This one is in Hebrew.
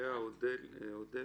אתחיל ואהיה